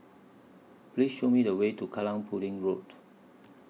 Please Show Me The Way to Kallang Pudding Road